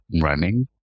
running